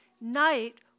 Night